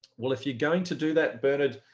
well, if you're going to do that, bernard,